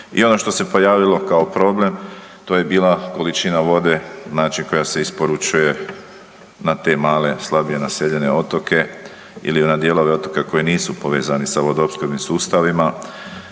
I ono što se pojavilo kao problem to je bila količina vode znači koja se isporučuje na te male slabije naseljene otoke ili na dijelove otoka koji nisu povezani sa vodoopskrbnim sustavima,